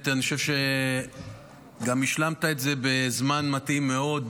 אני חושב שגם השלמת את זה בזמן מתאים מאוד,